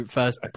first